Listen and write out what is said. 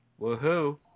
Woohoo